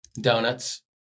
Donuts